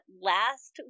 last